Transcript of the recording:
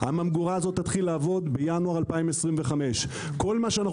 היא תתחיל לעבוד בינואר 2025. כל מה שאנו